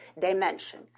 dimension